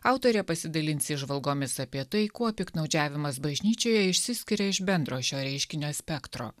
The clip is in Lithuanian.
autorė pasidalins įžvalgomis apie tai kuo piktnaudžiavimas bažnyčioje išsiskiria iš bendro šio reiškinio spektro